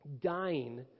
dying